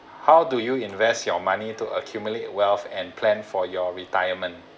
how do you invest your money to accumulate wealth and plan for your retirement